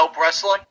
wrestling